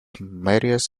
marius